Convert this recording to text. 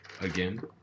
again